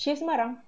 shave sembarang